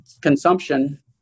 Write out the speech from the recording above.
consumption